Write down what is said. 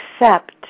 accept